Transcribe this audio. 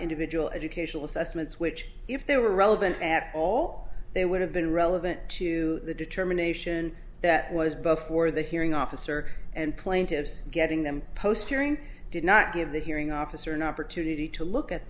individual educational assessments which if they were relevant at all they would have been relevant to the determination that was before the hearing officer and plaintiffs getting them postering did not give the hearing officer an opportunity to look at